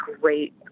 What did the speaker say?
great